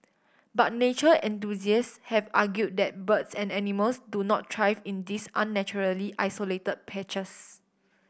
but nature enthusiast have argued that birds and animals do not thrive in these unnaturally isolated patches